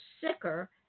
sicker